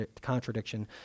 contradiction